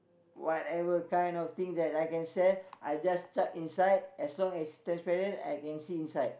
whatever kind of thing that I can sell I just chuck inside as long as transparent I can see inside